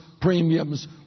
premiums